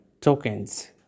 Tokens